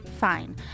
Fine